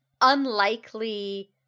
unlikely